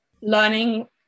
learning